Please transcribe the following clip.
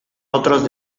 otros